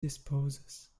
disposes